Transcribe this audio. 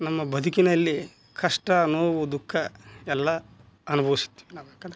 ನಮ್ಮ ಬದುಕಿನಲ್ಲಿ ಕಷ್ಟ ನೋವು ದುಃಖ ಎಲ್ಲ ಅನುಭವಿಸ್ತೀವಿ ನಾವು ಯಾಕೆಂದರೆ